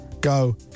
Go